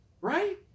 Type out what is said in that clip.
Right